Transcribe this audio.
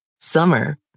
Summer